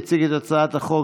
יציג את הצעת החוק